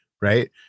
right